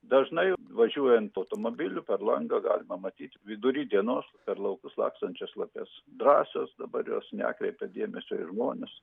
dažnai važiuojant automobiliu per langą galima pamatyti vidury dienos per laukus lakstančias lapes drąsios dabar jos nekreipia dėmesio į žmones